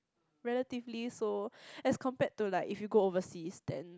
relatively so as compared to like if you go overseas then